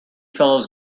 fellows